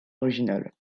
originale